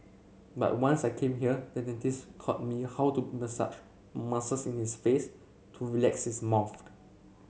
but once I came here the dentist taught me how to massage muscles in his face to relax his